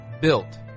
built